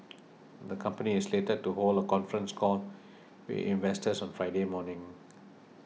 the company is slated to hold a conference call with investors on Friday morning